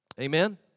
Amen